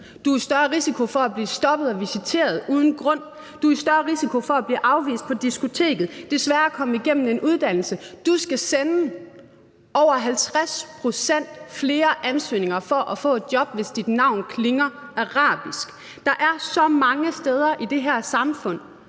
Du er i større risiko for at blive stoppet og visiteret uden grund. Du er i større risiko for at blive afvist på diskoteket. Det er sværere at komme igennem en uddannelse. Du skal sende over 50 pct. flere ansøgninger for at få et job, hvis dit navn klinger arabisk. Der er så mange steder i det her samfund,